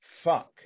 fuck